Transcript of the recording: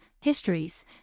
histories